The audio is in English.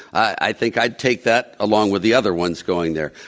i think i'd take that along with the other ones going there.